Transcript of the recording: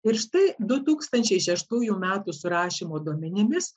ir štai du tūkstančiai šeštųjų metų surašymo duomenimis